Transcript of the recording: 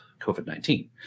COVID-19